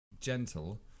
gentle